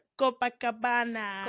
Copacabana